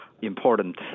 important